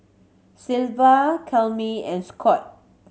Cleva and Scot